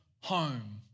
home